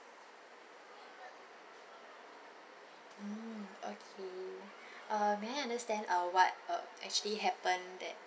mm okay err may I understand uh what um actually happened that